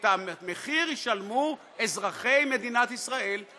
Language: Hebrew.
את המחיר ישלמו אזרחי מדינת ישראל,